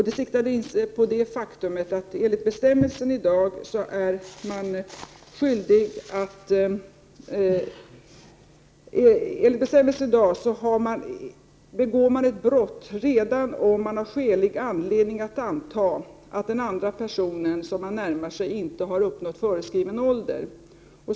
Det siktade in sig på det faktum att man enligt bestämmelserna i dag begår ett brott redan om man har skälig anledning att anta att den person som man närmar sig i dessa avsikter inte har uppnått föreskriven ålder.